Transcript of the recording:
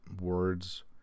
words